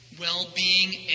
well-being